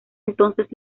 entonces